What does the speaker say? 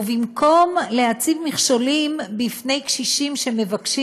ובמקום להציב מכשולים בפני קשישים שמבקשים